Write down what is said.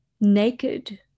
naked